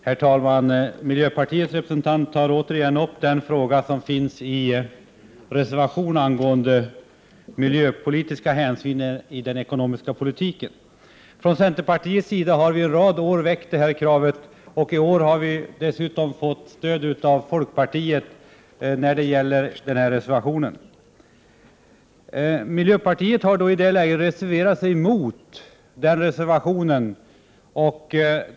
Herr talman! Miljöpartiets representant tar återigen upp den fråga som finns i reservationen angående miljöpolitiska hänsyn i den ekonomiska politiken. Från centerpartiets sida har vi under en rad år väckt detta krav, och i år har vi dessutom fått stöd av folkpartiet i denna reservation. Miljöpartiet har i det läget valt att reservera sig.